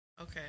Okay